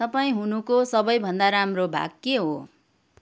तपाईँ हुनुको सबैभन्दा राम्रो भाग के हो